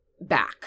back